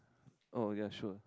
oh ya sure